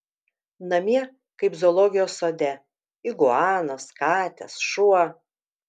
namie kaip zoologijos sode iguanos katės šuo